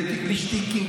בלי שטיקים,